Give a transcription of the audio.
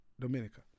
Dominica